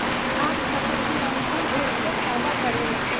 आँख खातिर भी अंगूर बहुते फायदा करेला